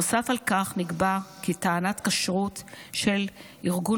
נוסף על כך נקבע כי טענת כשרות של ארגון